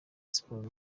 siporo